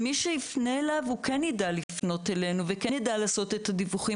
מי שיפנה אליו כן ידע לפנות אלינו וכן יידע לעשות את הדיווחים.